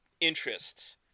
interests